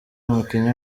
umukinnyi